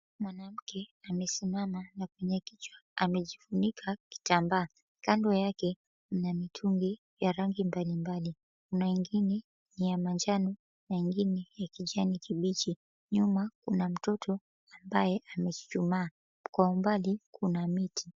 Mwanamke amesimama na kwenye kichwa amejifunika kitamba. Kando yake kuna mitungi ya rangi mbali mbali. Kuna ingine ya manjano na ingine ya kijani kibichi. Nyuma kuna mtoto ambaye amechuchumaa. Kwa umbali kuna miti.